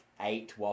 eight